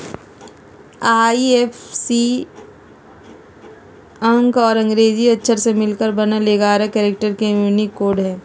IFSC अंक और अंग्रेजी अक्षर से मिलकर बनल एगारह कैरेक्टर के यूनिक कोड हइ